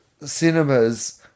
cinemas